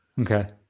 Okay